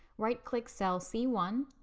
right click cell c one,